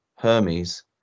Hermes